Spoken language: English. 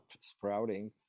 sprouting